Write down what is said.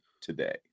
today